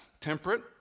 Temperate